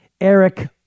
Eric